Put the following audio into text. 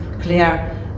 clear